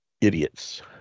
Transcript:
Idiots